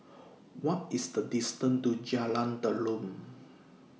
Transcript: What IS The distance to Jalan Derum